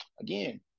again